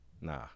Nah